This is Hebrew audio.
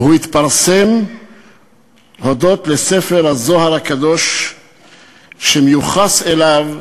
והוא התפרסם הודות לספר הזוהר הקדוש שמיוחס לו,